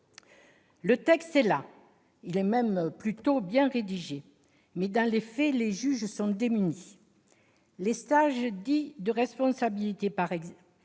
Le texte existe, il est même plutôt bien rédigé, mais, dans les faits, les juges sont démunis. Les stages dits « de responsabilité parentale